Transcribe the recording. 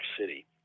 City